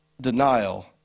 denial